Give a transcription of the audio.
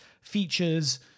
features